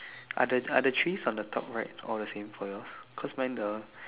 are the are the trees on the top right all the same for yours because mine the